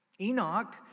Enoch